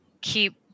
keep